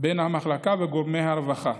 בין המחלקה לגורמי הרווחה.